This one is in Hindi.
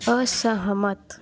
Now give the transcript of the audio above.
असहमत